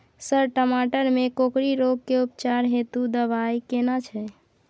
Sir टमाटर में कोकरि रोग के उपचार हेतु दवाई केना छैय?